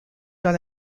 dans